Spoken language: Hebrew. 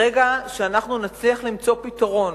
ברגע שאנחנו נצליח למצוא פתרון,